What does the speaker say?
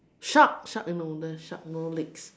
shark shark I know the shark no leg